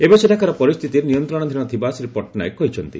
ଏବେ ସେଠାକାର ପରିସ୍ଥିତି ନିୟନ୍ତ୍ରଣାଧୀନ ଥିବା ଶ୍ରୀ ପଟ୍ଟନାୟକ କହିଛନ୍ତି